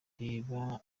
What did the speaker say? reba